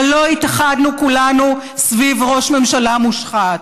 אבל לא התאחדנו כולנו סביב ראש ממשלה מושחת.